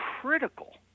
critical